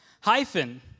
Hyphen